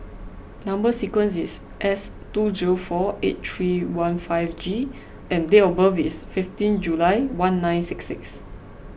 Number Sequence is S two zero four eight three one five G and date of birth is fifteen July one nine six six